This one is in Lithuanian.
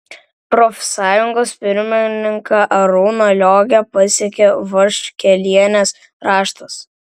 profsąjungos pirmininką arūną liogę pasiekė vaškelienės raštas